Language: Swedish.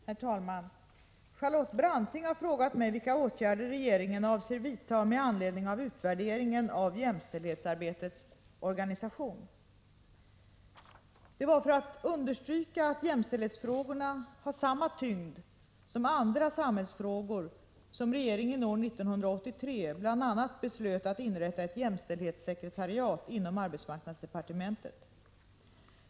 Herr talman! Charlotte Branting har frågat mig vilka åtgärder regeringen avser vidta med anledning av utvärderingen av jämställdhetsarbetets organisation. Det var för att understryka att jämställdhetsfrågorna har samma tyngd som andra samhällsfrågor som regeringen år 1983 bl.a. beslöt att inrätta ett jämställdhetssekreteriat inom arbetsmarknadsdepartementet.